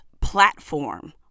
platform